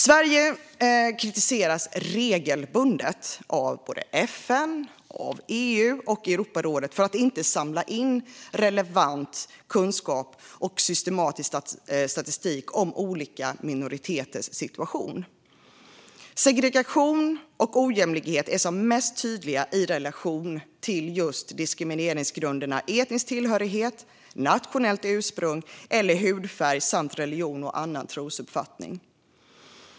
Sverige kritiseras regelbundet av FN, EU och Europarådet för att inte samla in relevant kunskap och systematisk statistik om olika minoriteters situation. Segregation och ojämlikhet är som mest tydliga i relation till diskrimineringsgrunderna etnisk tillhörighet, nationellt ursprung eller hudfärg samt religion och annan trosuppfattning.